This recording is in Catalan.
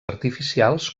artificials